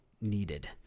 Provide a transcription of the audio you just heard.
needed